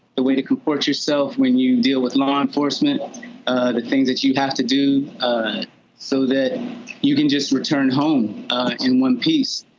the way to comport yourself when you deal with law enforcement, the things that you have to do so that you can just return home in one piece.